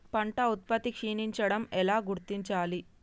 పంట ఉత్పత్తి క్షీణించడం ఎలా గుర్తించాలి?